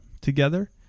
together